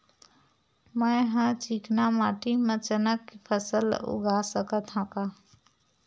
मै ह चिकना माटी म चना के फसल उगा सकथव का?